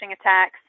attacks